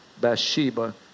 Bathsheba